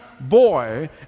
boy